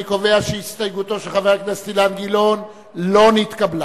אני קובע שהסתייגותו של חבר הכנסת אילן גילאון לא נתקבלה.